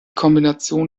kombination